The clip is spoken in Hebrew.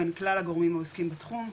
בין כלל הגורמים העוסקים בתחום.